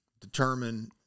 determine